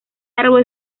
árbol